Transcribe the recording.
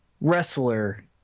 wrestler